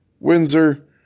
windsor